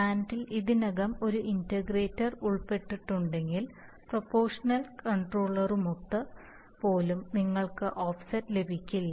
പ്ലാന്റിൽ ഇതിനകം ഒരു ഇന്റഗ്രേറ്റർ ഉൾപ്പെട്ടിട്ടുണ്ടെങ്കിൽ പ്രൊപോഷണൽ കൺട്രോളറുമൊത്ത് പോലും നിങ്ങൾക്ക് ഓഫ്സെറ്റ് ലഭിക്കില്ല